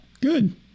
Good